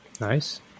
Nice